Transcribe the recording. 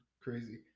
Crazy